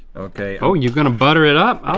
okay oh you're gonna butter it up?